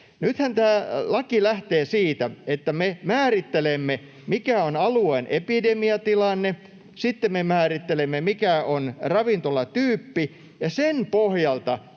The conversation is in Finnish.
Nythän tämä laki lähtee siitä, että me määrittelemme, mikä on alueen epidemiatilanne, sitten me määrittelemme, mikä on ravintolatyyppi, ja sen pohjalta